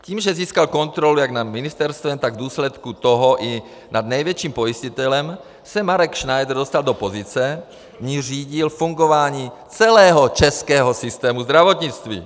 Tím, že získal kontrolu jak nad ministerstvem, tak v důsledku toho i nad největším pojistitelem, se Marek Šnajdr dostal do pozice, v níž řídil fungování celého českého systému zdravotnictví!